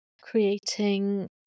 creating